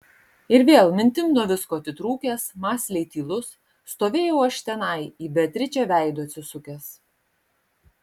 ir vėl mintim nuo visko atitrūkęs mąsliai tylus stovėjau aš tenai į beatričę veidu atsisukęs